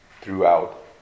throughout